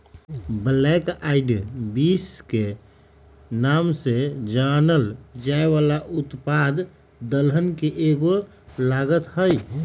black eyed beans के नाम से जानल जाये वाला उत्पाद दलहन के एगो लागत हई